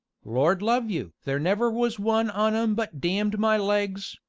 lord love you! there never was one on em but damned my legs,